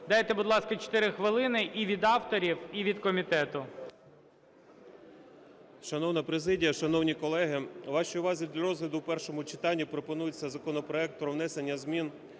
Дайте, будь ласка, 4 хвилини – і від авторі, і від комітету.